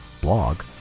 blog